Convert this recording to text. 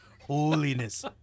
holiness